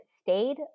stayed